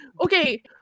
Okay